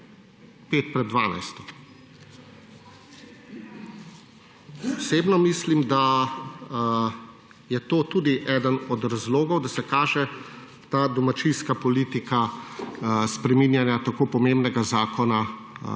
pet pred dvanajsto. Osebno mislim, da je to tudi eden od razlogov, da se kaže ta domačijska politika spreminjanja tako pomembnega zakona,